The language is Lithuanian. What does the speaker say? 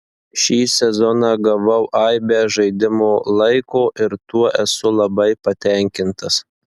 šį sezoną gavau aibę žaidimo laiko ir tuo esu labai patenkintas